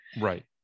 Right